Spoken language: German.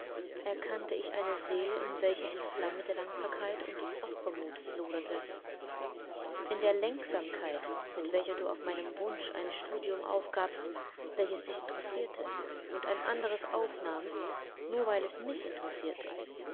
erkannte ich eine seele in welcher die flamme der dankbarkeit und des opfermuts loderte in der lenksamkeit mit welcher du auf meinen wunsch ein studium aufgabst welches dich interessierte und ein anderes aufnahmst nur weil es mich interessierte